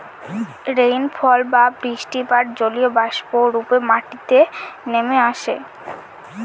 rainfall বা বৃষ্টিপাত জলীয়বাষ্প রূপে মাটিতে নেমে আসে